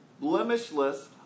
blemishless